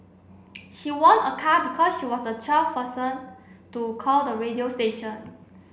she won a car because she was the twelfth person to call the radio station